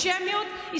אנטישמיות.